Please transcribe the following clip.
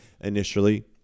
initially